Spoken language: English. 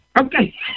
Okay